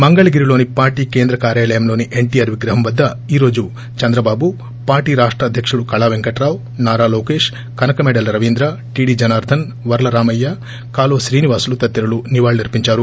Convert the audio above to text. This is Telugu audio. మంగళగిరిలోని పార్టీ కేంద్ర కార్యాలయంలోని ఎన్టీఆర్ విగ్రహం వద్ద ఈ రోజు చంద్రబాబు పార్టీ రాష్ట అధ్యకుడు కళా పెంకట్రావు నారా లోకేశ్ కనకమేడల రవీంద్ర టీడీ జనార్గన్ వర్ల రామయ్య కాలువ శ్రీనివాసులు తదితరులు నివాళులర్పించారు